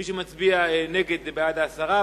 מי שמצביע נגד הוא בעד ההסרה.